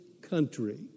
country